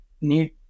need